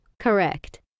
Correct